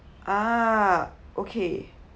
ah okay